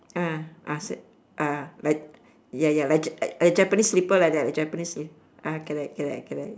ah ah ah like ya ya like like japanese slipper like that japanese slipper ah correct correct correct